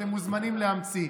אתם מוזמנים להמציא.